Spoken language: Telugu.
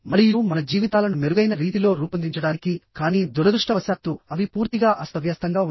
మరియు మన జీవితాలను మెరుగైన రీతిలో రూపొందించడానికి కానీ దురదృష్టవశాత్తు అవి పూర్తిగా అస్తవ్యస్తంగా ఉన్నాయి